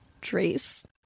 Trace